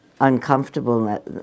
uncomfortable